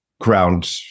ground